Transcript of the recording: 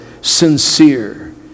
sincere